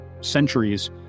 centuries